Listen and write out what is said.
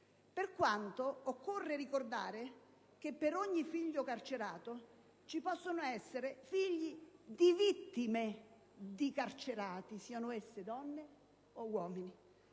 (per quanto, occorre ricordare che per ogni figlio carcerato ci possono essere figli di vittime di carcerati, siano essi donne o uomini).